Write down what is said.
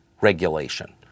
regulation